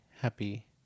happy